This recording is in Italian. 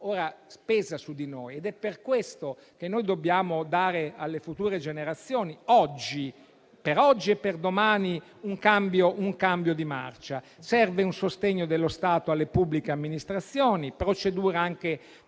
ora pesa su di noi ed è per questo che dobbiamo prevedere per le future generazioni, per oggi e per domani, un cambio di marcia. Servono il sostegno dello Stato alle pubbliche amministrazioni e procedure